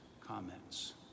comments